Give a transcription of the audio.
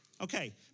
Okay